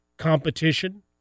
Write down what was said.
competition